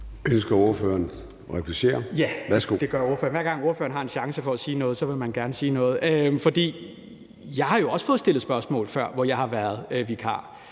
Jensen (V): Ja, det gør ordføreren. Hver gang ordføreren har en chance for at sige noget, vil man gerne sige noget. Jeg har jo også fået stillet spørgsmål før, mens jeg har været vikar